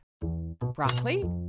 broccoli